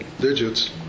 digits